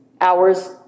hours